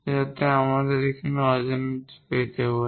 যাতে আমরা এখানে এই অজানাটি পেতে পারি